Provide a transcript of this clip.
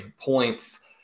points